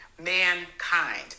mankind